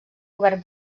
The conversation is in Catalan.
govern